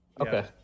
okay